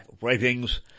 writings